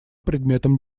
предметом